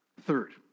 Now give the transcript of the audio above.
Third